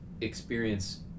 experience